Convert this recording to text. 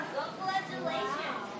Congratulations